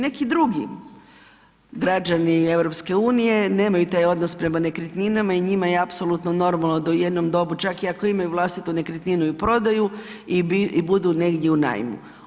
Neki drugi građani EU-a nemaju taj odnos prema nekretninama i njima je apsolutno normalno da u jednom dobu čak i ako imaju vlastitu nekretninu i prodaju i budu negdje u najmu.